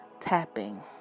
Tapping